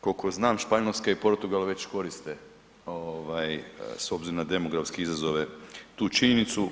Koliko znam Španjolska i Portugal već koriste s obzirom na demografske izazove tu činjenicu.